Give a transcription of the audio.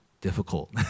difficult